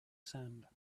sand